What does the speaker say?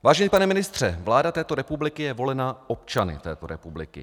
Vážený pane ministře, vláda této republiky je volena občany této republiky.